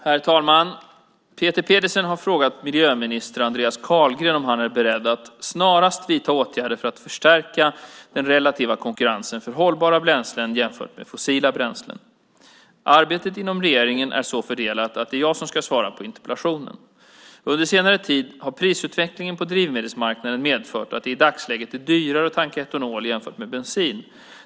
Herr talman! Peter Pedersen har frågat miljöminister Andreas Carlgren om han är beredd att snarast vidta åtgärder för att stärka den relativa konkurrenskraften för hållbara bränslen jämfört med fossila bränslen. Arbetet inom regeringen är så fördelat att det är jag som ska svara på interpellationen. Under senare tid har prisutvecklingen på drivmedelsmarknaden medfört att det i dagsläget är dyrare att tanka etanol jämfört med bensin.